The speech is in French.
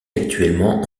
actuellement